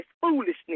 foolishness